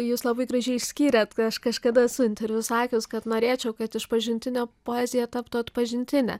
jūs labai gražiai išskyrėt kad aš kažkada esu interviu sakius kad norėčiau kad išpažintinė poezija taptų atpažintine